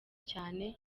cyane